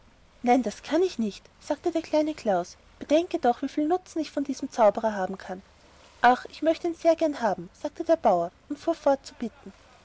nein das kann ich nicht sagte der kleine klaus bedenke doch wieviel nutzen ich von diesem zauberer haben kann ach ich möchte ihn sehr gern haben sagte der bauer und fuhr fort zu bitten